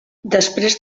després